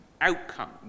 Outcome